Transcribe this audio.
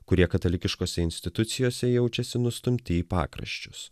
kurie katalikiškose institucijose jaučiasi nustumti į pakraščius